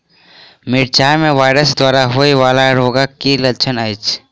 मिरचाई मे वायरस द्वारा होइ वला रोगक की लक्षण अछि?